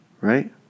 Right